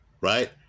right